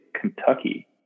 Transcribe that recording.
Kentucky